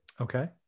Okay